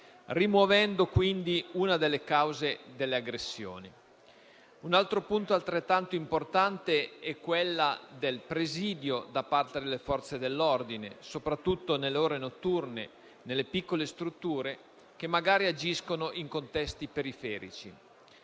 rimuovendo quindi una delle cause delle aggressioni. Un altro punto altrettanto importante è quello del presidio da parte delle Forze dell'ordine, soprattutto nelle ore notturne, nelle piccole strutture che magari agiscono in contesti periferici.